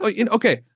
okay